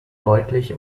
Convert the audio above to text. deutlich